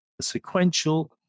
sequential